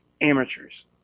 amateurs